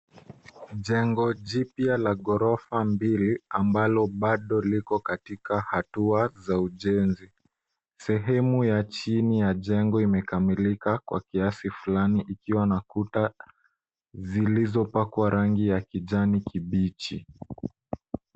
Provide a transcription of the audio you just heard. Jengo jipya la ghorofa mbili ambalo liko katika hatua za ujenzi. Sehemu ya chini ya jengo imekamilika kwa kiasi fulani ikiwa na kuta zilizopakwa rangi ya kijani kibichi.